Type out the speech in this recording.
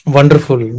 Wonderful